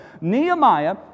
Nehemiah